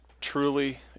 truly